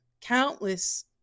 countless